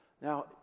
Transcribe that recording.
Now